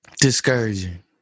discouraging